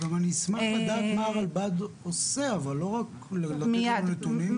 אני אשמח לדעת מה הרלב"ד עושה ולא רק לתת לנו נתונים.